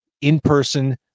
in-person